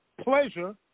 pleasure –